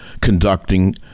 conducting